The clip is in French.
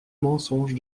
mensonge